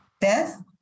Beth